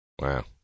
Wow